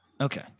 Okay